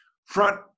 front